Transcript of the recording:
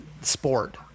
sport